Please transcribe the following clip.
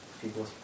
people